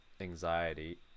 anxiety